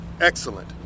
Excellent